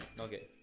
Okay